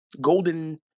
golden